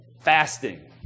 fasting